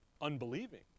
unbelieving